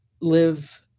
live